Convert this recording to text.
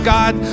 God